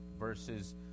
verses